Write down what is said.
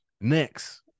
Next